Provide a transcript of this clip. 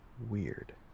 weird